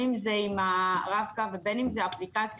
אם זה עם הרב-קו ובין אם זה אפליקציות,